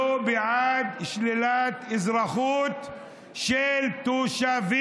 ראש הממשלה לשעבר, לא בעד שלילת אזרחות מתושבים.